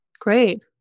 Great